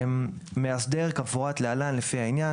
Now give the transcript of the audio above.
"מאסדר" - כמפורט להלן, לפי העניין